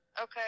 Okay